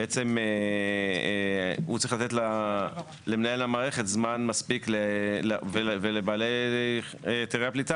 הוא צריך לתת למנהל המערכת ולבעלי היתרי הפליטה